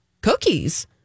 Cookies